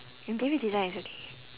interior design is okay